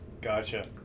Gotcha